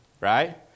right